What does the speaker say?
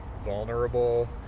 vulnerable